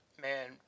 man